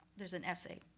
there's an essay.